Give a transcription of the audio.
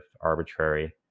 arbitrary